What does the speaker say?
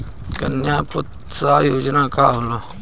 कन्या प्रोत्साहन योजना का होला?